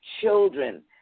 children